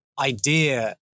idea